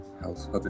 House